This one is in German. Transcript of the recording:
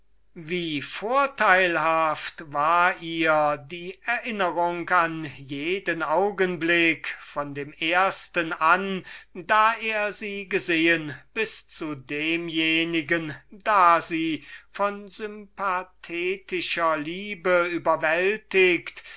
wie vorteilhaft war ihr die erinnerung an jeden augenblick von dem ersten an da er sie gesehen bis zu demjenigen da sie von sympathetischer liebe überwältiget